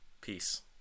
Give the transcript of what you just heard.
Peace